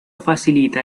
facilita